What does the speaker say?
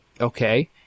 okay